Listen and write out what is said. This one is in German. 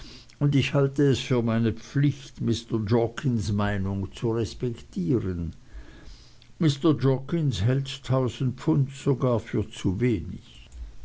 und ich halte es für meine pflicht mr jorkins meinung zu respektieren mr jorkins hält tausend pfund sogar für zu wenig